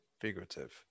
figurative